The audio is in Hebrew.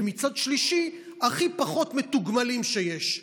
ומצד שלישי הכי פחות מתוגמלים שיש.